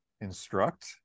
instruct